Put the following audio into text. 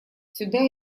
сюда